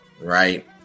right